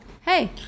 hey